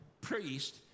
priest